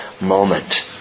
moment